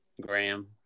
Graham